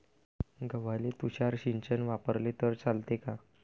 गव्हाले तुषार सिंचन वापरले तर चालते का?